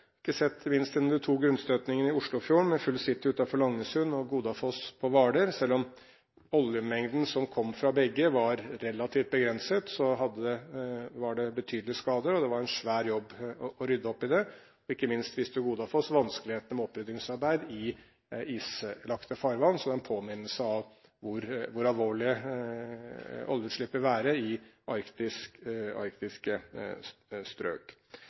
de to grunnstøtingene i Oslofjorden, med «Full City» utenfor Langesund og «Godafoss» på Hvaler. Selv om oljemengden som kom fra begge, var relativt begrenset, var det betydelige skader, og det var en svær jobb å rydde opp i det. Ikke minst viste «Godafoss» vanskelighetene med oppryddingsarbeid i islagte farvann. Så det er en påminnelse om hvor alvorlig oljeutslipp vil være i arktiske strøk.